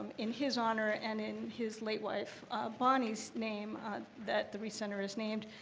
and in his honor, and in his late wife bonnie's name that the reiss center is named,